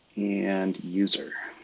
and user.